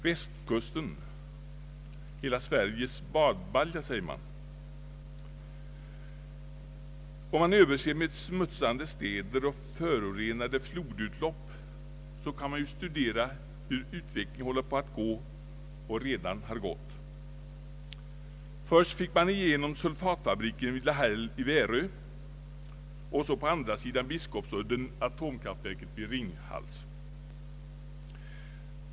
Västkusten, hela Sveriges badbalja, säger man. Om vi överser med smutsande städer och förorenande flodutlopp kan vi studera hur utvecklingen går och redan gått. Först fick man igenom sulfatfabriken vid Lahäll i Värö och på andra sidan Biskopsudden atomverket vid Ringhals.